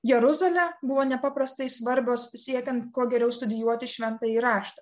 jeruzalę buvo nepaprastai svarbios siekiant kuo geriau studijuoti šventąjį raštą